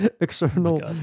external